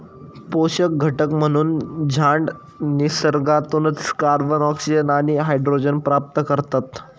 पोषक घटक म्हणून झाडं निसर्गातूनच कार्बन, ऑक्सिजन आणि हायड्रोजन प्राप्त करतात